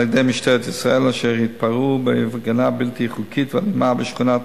אשר התפרעו בהפגנה בלתי חוקית ואלימה בשכונת